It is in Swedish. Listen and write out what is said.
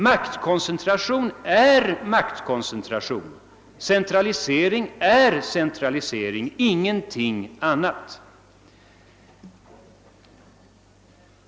Maktkoncentration är maktkoncentration, centralisering är centralisering, ingenting annat.